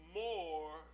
more